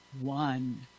one